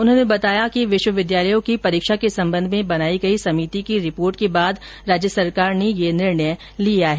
उन्होंने बताया कि विश्वविद्यालयों की परीक्षा के संबंध में बनाई गई समिति की रिपोर्ट के बाद राज्य सरकार ने यह निर्णय लिया है